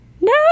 No